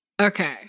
okay